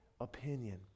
opinion